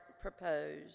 proposed